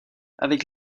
avec